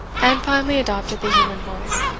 and finally adopted the human voice.